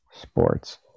Sports